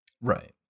Right